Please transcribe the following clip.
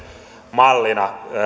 mallina